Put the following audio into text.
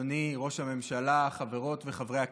אדוני ראש הממשלה, חברות וחברי הכנסת,